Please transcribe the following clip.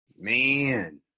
Man